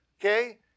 Okay